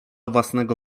własnego